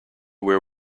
where